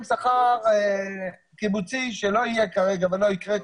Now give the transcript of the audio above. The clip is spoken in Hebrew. שכר קיבוצי שלא יהיה כרגע וכנראה לא יקרה,